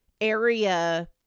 area